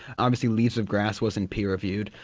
obviously leaves of grass wasn't peer reviewed,